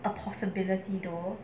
a possibility though